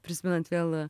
prisimenant vėl